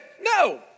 No